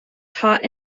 taught